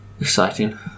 exciting